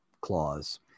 clause